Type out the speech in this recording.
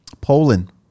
Poland